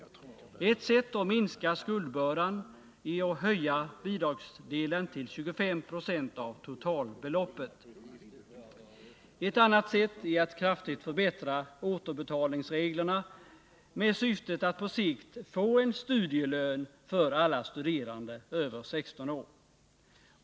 Ett sätt att minska skuldbördan är att höja bidragsdelen till 25 96 av totalbeloppet. Ett annat sätt är att kraftigt förbättra återbetalningsreglerna med syftet att på sikt få en studielön för alla studerande över 16 år.